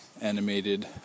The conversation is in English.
animated